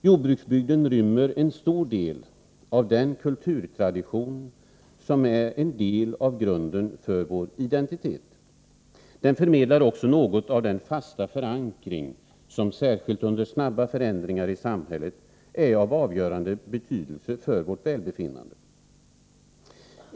Jordbruksbygden rymmer en stor del av den kulturtradition som är en del av grunden för vår identitet. Den förmedlar också något av den fasta förankring som särskilt under snabba förändringar i samhället är av avgörande betydelse för vårt välbefinnande.